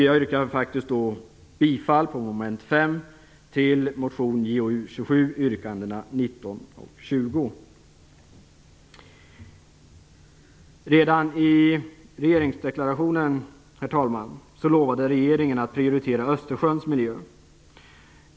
Jag yrkar bifall till motion Jo27 yrkandena 19 och 20 under mom. 5. Redan i regeringsdeklarationen lovade regeringen att prioritera Östersjöns miljö.